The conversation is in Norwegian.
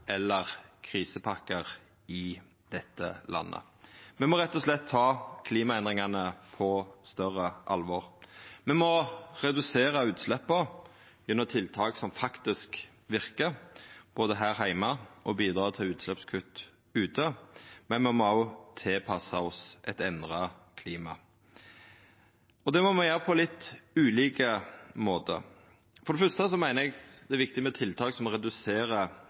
eller krisepakker i dette landet. Me må rett og slett ta klimaendringane på større alvor. Me må redusera utsleppa gjennom tiltak som faktisk verkar, både her heime og som bidreg til utsleppskutt ute. Men me må òg tilpassa oss eit endra klima, og det må me gjera på litt ulike måtar. For det fyrste meiner eg det er viktig med tiltak som reduserer